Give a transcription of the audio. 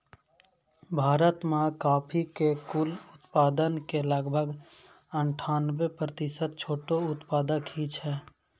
भारत मॅ कॉफी के कुल उत्पादन के लगभग अनठानबे प्रतिशत छोटो उत्पादक हीं छै